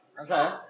Okay